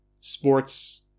sports